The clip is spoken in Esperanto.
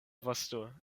vosto